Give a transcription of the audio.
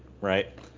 right